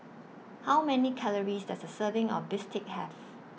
How Many Calories Does A Serving of Bistake Have